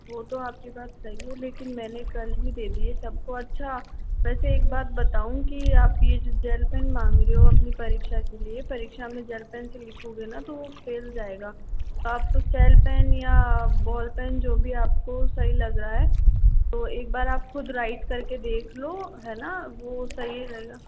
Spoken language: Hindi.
वो तो आपकी बात सही है लेकिन मैंने कल ही दे दिए सबको अच्छा वैसे एक बात बताऊँ कि ये आप जो जैल पेन माँग रहे हो अपनी परीक्षा के लिए परीक्षा में जैल पेन से लिखोगे ना तो वो फैल जाएगा आप तो सेल पेन या बॉल पेन जो भी आपको सही लग रहा है तो एक बार आप खुद राइट करके देख लो है ना वह सही रहेगा